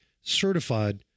certified